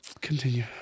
Continue